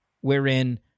wherein